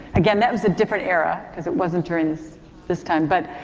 again, that was a different era because it wasn't during this, this time. but,